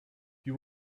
you